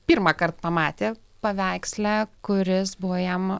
pirmąkart pamatė paveiksle kuris buvo jam